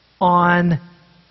on